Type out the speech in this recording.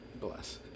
Bless